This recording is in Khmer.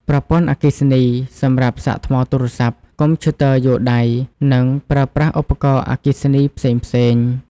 ប្រព័ន្ធអគ្គិសនី សម្រាប់សាកថ្មទូរស័ព្ទ កុំព្យូទ័រយួរដៃ និងប្រើប្រាស់ឧបករណ៍អគ្គិសនីផ្សេងៗ។